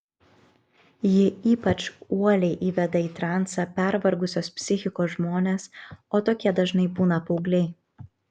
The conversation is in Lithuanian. ji ypač uoliai įveda į transą pervargusios psichikos žmones o tokie dažnai būna paaugliai